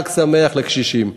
חג שמח לקשישים.